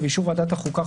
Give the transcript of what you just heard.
ובאישור ועדת החוקה,